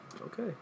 Okay